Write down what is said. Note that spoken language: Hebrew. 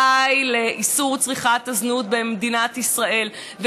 די לצריכת הזנות במדינת ישראל.